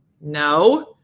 No